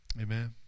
Amen